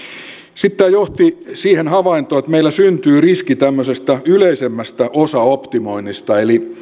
sitten tämä johti siihen havaintoon että meillä syntyy riski tämmöisestä yleisemmästä osaoptimoinnista eli